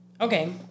Okay